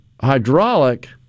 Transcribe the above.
hydraulic